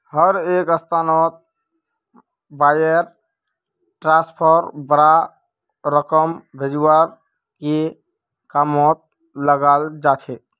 हर एक संस्थात वायर ट्रांस्फरक बडा रकम भेजवार के कामत लगाल जा छेक